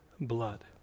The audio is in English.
blood